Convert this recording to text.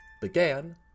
began